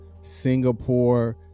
Singapore